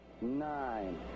nine